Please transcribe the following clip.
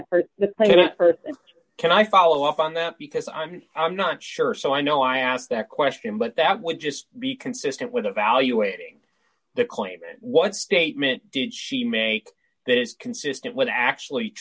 part of the plane a person can i follow up on that because i'm i'm not sure so i know i asked that question but that would just be consistent with evaluating the claim and what statement did she make that is consistent with actually